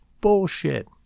bullshit